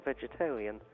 vegetarian